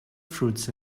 fruits